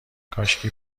کاشکی